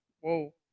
Whoa